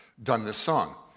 done this song.